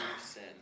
sin